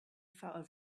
found